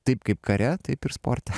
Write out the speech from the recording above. taip kaip kare taip ir sporte